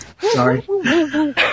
Sorry